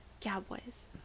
Cowboys